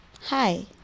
Hi